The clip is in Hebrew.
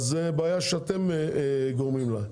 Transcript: זאת בעיה שאתם גורמים לה.